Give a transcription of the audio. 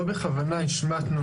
לא בכוונה השמטנו את זה.